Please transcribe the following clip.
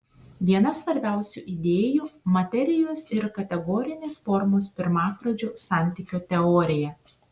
viena svarbiausių idėjų materijos ir kategorinės formos pirmapradžio santykio teorija